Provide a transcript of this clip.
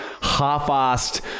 half-assed